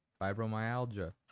fibromyalgia